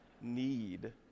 need